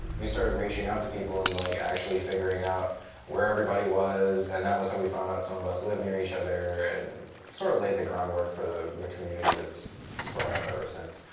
we started reaching out to people and like actually figuring out where everybody was. and that was how we found out some of us lived near each other and sort of laid the groundwork for the the community that's sprung up ever since.